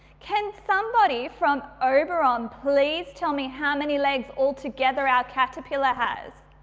can somebody from oberon please tell me how many legs all together our caterpillar has?